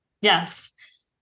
Yes